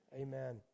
amen